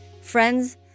Friends